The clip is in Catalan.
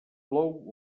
plou